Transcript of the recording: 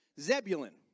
Zebulun